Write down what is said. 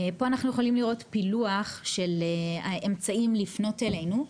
פה אנחנו יכולים לראות פילוח של אמצעים לפנות אלינו,